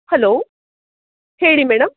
hello ಹೇಳಿ madam